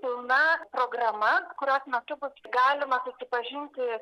pilna programa kurios metu bus galima susipažinti